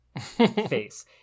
face